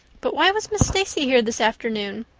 but why was miss stacy here this afternoon?